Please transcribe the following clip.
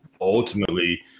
ultimately